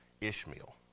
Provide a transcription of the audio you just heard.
Ishmael